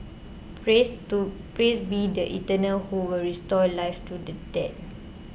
praise to praise be the Eternal who will restore life to the dead